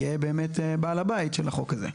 יהיה בעל הבית של החוק הזה.